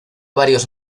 varios